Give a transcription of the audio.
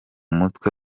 mutwe